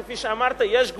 כפי שאמרת: יש גבולות,